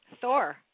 Thor